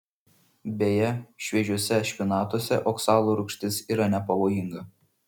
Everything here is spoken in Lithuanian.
beje šviežiuose špinatuose oksalo rūgštis yra nepavojinga